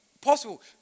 possible